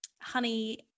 honey